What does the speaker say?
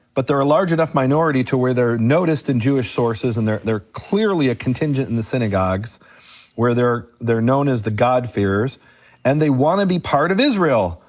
but they're a large enough minority to where they're noticed in jewish sources and they're they're clearly a contingent in the synagogues where they're they're known as the god-fearers and they wanna be part of israel.